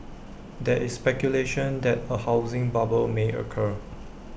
there is speculation that A housing bubble may occur